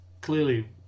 Clearly